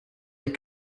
les